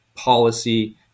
Policy